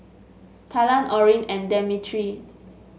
Talan Orrin and Demetri